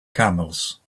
camels